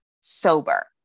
sober